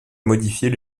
modifier